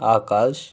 आकाश